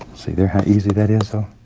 see there, how easy that is, though?